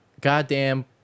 goddamn